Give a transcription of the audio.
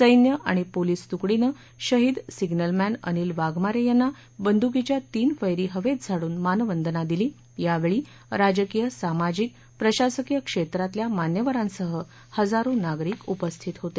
सैन्य आणि पोलीस तुकडीनं शहीद सिग्नलमॅन अनिल वाघमारे यांना बंद्कीच्या तीन फैरी हवेत झाडून मानवंदना दिली यावेळी राजकीय सामाजिक प्रशासकीय क्षेत्रातल्या मान्यवरांसह हजारो नागरिक उपस्थित होते